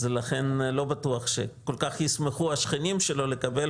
אז לכן לא בטוח שהשכנים שלו כל-כך ישמחו לקבל